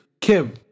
Kim